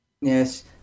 Yes